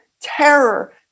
terror